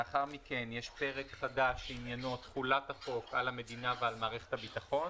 לאחר מכן יש פרק חדש שעניינו תחולת החוק על המדינה ועל מערכת הביטחון